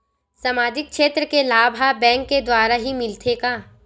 सामाजिक क्षेत्र के लाभ हा बैंक के द्वारा ही मिलथे का?